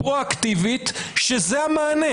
פרואקטיבית שזה המענה.